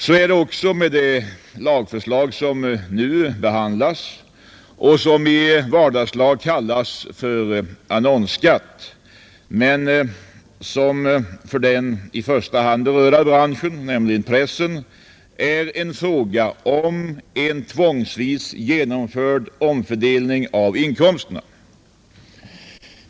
Så är det också med det lagförslag som nu behandlas och som i vardagslag kallas för ”annonsskatt” men som för den i första hand berörda branschen — nämligen pressen — är en fråga om en tvångsvis genomförd omfördelning av inkomsterna.